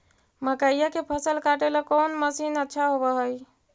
मकइया के फसल काटेला कौन मशीन अच्छा होव हई?